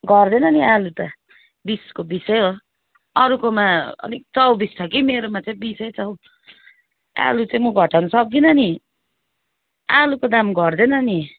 घट्दैन नि आलु त बिसको बिसै हो अरूकोमा अलिक चौबिस छ कि मेरोमा चाहिँ बिसै छ हौ आलु चाहिँ म घटाउनु सक्दिनँ नि आलुको दाम घट्दैन नि